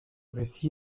récit